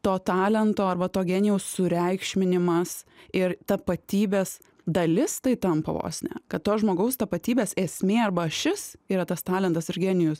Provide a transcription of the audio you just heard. to talento arba to genijaus sureikšminimas ir tapatybės dalis tai tampa vos ne kad to žmogaus tapatybės esmė arba šis yra tas talentas ir genijus